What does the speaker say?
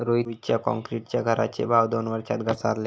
रोहितच्या क्रॉन्क्रीटच्या घराचे भाव दोन वर्षात घसारले